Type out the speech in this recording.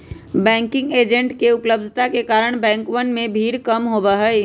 banking agents के उपलब्धता के कारण बैंकवन में भीड़ कम होबा हई